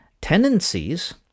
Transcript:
tendencies